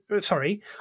sorry